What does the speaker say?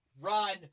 run